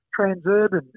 Transurban